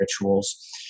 rituals